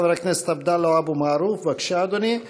חבר הכנסת עבדאללה אבו מערוף, בבקשה, אדוני.